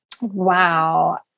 Wow